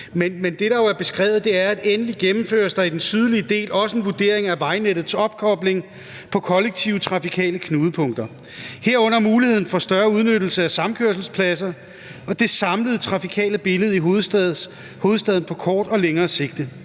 Men det, der jo er beskrevet, er, at endelig gennemføres der i den sydlige del også en vurdering af vejnettets opkobling på kollektive trafikale knudepunkter, herunder muligheden for større udnyttelse af samkørselspladser, og af det samlede trafikale billede i hovedstaden på kort og længere sigt,